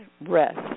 rest